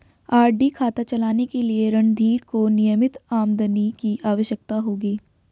RD खाता चलाने के लिए रणधीर को नियमित आमदनी की आवश्यकता होगी